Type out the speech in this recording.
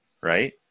right